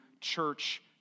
church